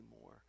more